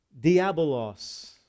diabolos